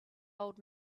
old